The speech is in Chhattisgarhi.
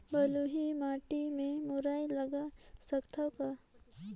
बलुही माटी मे मुरई लगा सकथव का?